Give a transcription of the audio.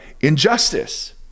injustice